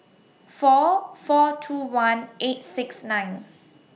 four four two one eight six nine